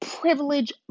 privilege